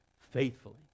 faithfully